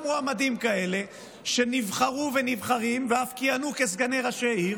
מועמדים כאלה שנבחרו ונבחרים ואף כיהנו כסגני ראשי עיר